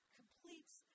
completes